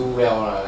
do well lah